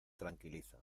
tranquiliza